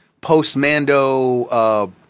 post-Mando